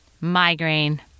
Migraine